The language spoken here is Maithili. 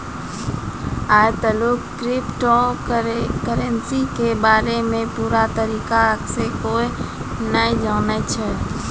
आय तलुक क्रिप्टो करेंसी के बारे मे पूरा तरीका से कोय नै जानै छै